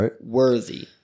worthy